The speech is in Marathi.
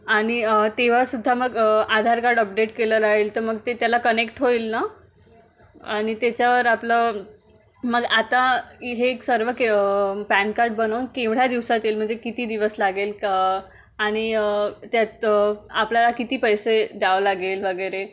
आणि तेव्हासुद्धा मग आधार कार्ड अपडेट केले राहील तर मग ते त्याला कनेक्ट होईल ना आणि त्याच्यावर आपलं मग आता हे एक सर्व के पॅन कार्ड बनवून केवढ्या दिवसात येईल म्हणजे किती दिवस लागेल क आणि त्यात आपल्याला किती पैसे द्यावं लागेल वगैरे